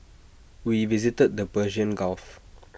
we visited the Persian gulf